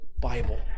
Bible